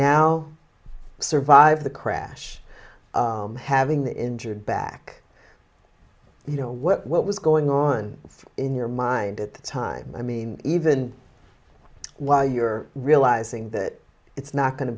now survived the crash having the injured back you know what what was going on in your mind at the time i mean even well you're realizing that it's not going to